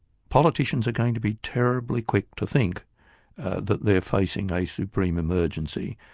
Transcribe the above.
politicians are going to be terribly quick to think that they're facing a supreme emergency.